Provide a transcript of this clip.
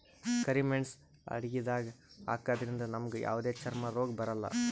ಕರಿ ಮೇಣ್ಸ್ ಅಡಗಿದಾಗ್ ಹಾಕದ್ರಿಂದ್ ನಮ್ಗ್ ಯಾವದೇ ಚರ್ಮ್ ರೋಗ್ ಬರಲ್ಲಾ